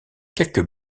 quelques